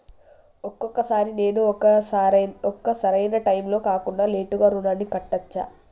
ఒక్కొక సారి నేను ఒక సరైనా టైంలో కాకుండా లేటుగా రుణాన్ని కట్టచ్చా?